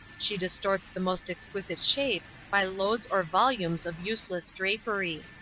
she distorts the most exquisite shape by loads or volumes of useless drapery.